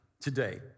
today